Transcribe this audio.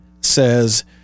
says